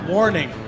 Warning